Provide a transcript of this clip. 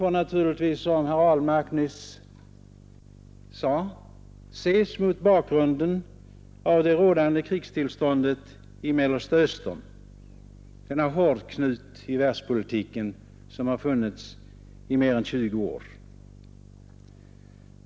Som herr Ahlmark sade får detta naturligtvis ses mot bakgrunden av det rådande krigstillståndet i Mellersta Östern, denna hårdknut i världspolitiken som har funnits i mer än 20 år.